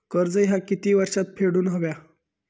कर्ज ह्या किती वर्षात फेडून हव्या?